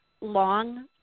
long